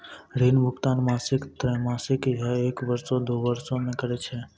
ऋण भुगतान मासिक, त्रैमासिक, या एक बरसो, दु बरसो मे करै छै